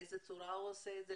באיזה צורה היא עושה את זה,